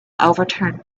overturned